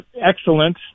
excellent